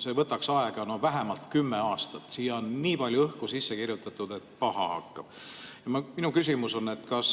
see võtaks aega vähemalt kümme aastat. Siia on nii palju õhku sisse kirjutatud, et paha hakkab. Minu küsimus on: kas